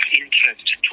interest